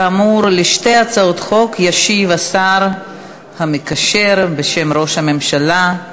כאמור, על שתי הצעות החוק ישיב, בשם ראש הממשלה,